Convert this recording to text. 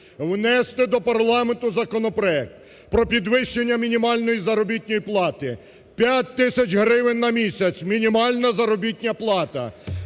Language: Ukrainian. внести до парламенту законопроект про підвищення мінімальної заробітної плати, 5 тисяч гривень на місяць, мінімальна заробітна плата.